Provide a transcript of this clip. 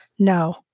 No